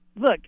Look